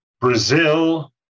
Brazil